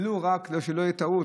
שלא תהיה טעות,